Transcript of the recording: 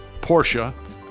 Porsche